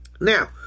Now